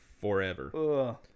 forever